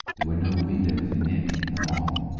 there were no windows in it at all.